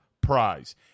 prize